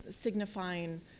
signifying